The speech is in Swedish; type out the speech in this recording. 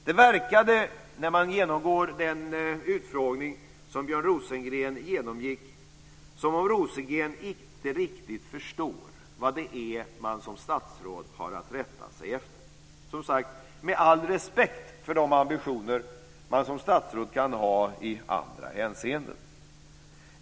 Det verkade vid utfrågningen som om Rosengren inte riktigt förstod vad man som statsråd har att rätta sig efter, med all respekt för de ambitioner man kan ha som statsråd i andra hänseenden.